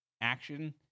action